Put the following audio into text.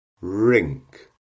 Rink